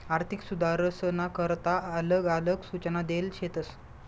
आर्थिक सुधारसना करता आलग आलग सूचना देल शेतस